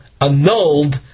annulled